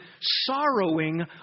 sorrowing